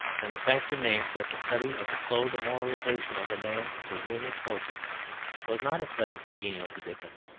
and the fact remains that the study of the slow demoralisation of a man through mere misfortune was not a study congenial to dickens,